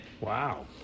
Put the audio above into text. Wow